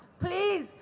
Please